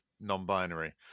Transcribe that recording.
non-binary